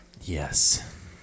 Yes